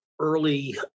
early